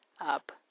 up